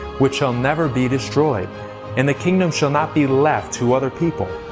which shall never be destroyed and the kingdom shall not be left to other people,